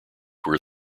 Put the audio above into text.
were